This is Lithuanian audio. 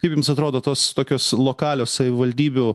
kaip jums atrodo tos tokios lokalios savivaldybių